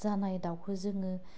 जानाय दाउखौ जोङो